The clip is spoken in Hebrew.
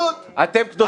אתם קדושים.